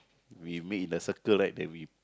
we meet in a circle right then we